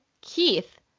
Keith